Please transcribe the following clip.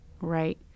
Right